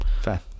Fair